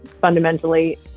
fundamentally